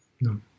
No